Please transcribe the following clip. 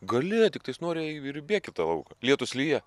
gali tiktais nori ir bėk į tą lauką lietus lyja